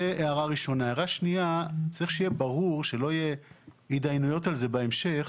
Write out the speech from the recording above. הערה שנייה: צריך שיהיה ברור ושלא יהיו התדיינויות על זה בהמשך,